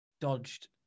dodged